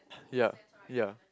ya ya